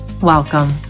Welcome